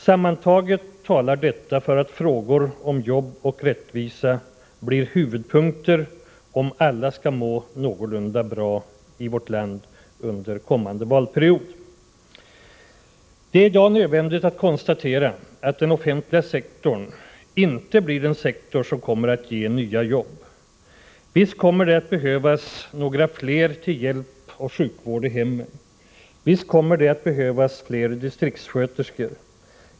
Sammantaget talar detta för att frågor om jobb och rättvisa blir huvudpunkter, om alla skall må någorlunda bra i vårt land under kommande valperiod. Det är i dag nödvändigt att konstatera att den offentliga sektorn inte blir den sektor som kommer att ge nya jobb. Visst kommer det att behövas några fler till hjälp och sjukvård i hemmen. Visst kommer det att behövas fler distriktssköterskor.